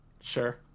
sure